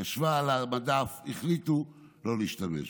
היא ישבה על המדף, והחליטו לא להשתמש בה.